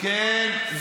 כן.